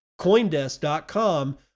Coindesk.com